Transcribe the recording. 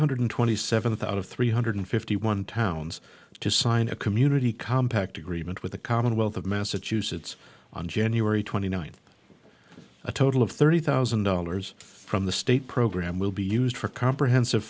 hundred twenty seventh out of three hundred fifty one towns to sign a community compact agreement with the commonwealth of massachusetts on january twenty ninth a total of thirty thousand dollars from the state program will be used for comprehensive